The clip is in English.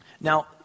Now